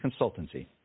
Consultancy